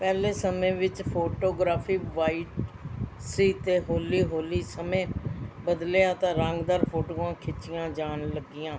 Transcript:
ਪਹਿਲੇ ਸਮੇਂ ਵਿੱਚ ਫੋਟੋਗ੍ਰਾਫੀ ਵਾਈਟ ਸੀ ਅਤੇ ਹੌਲੀ ਹੌਲੀ ਸਮੇਂ ਬਦਲਿਆ ਤਾਂ ਰੰਗਦਾਰ ਫੋਟੋਆਂ ਖਿੱਚੀਆਂ ਜਾਣ ਲੱਗੀਆਂ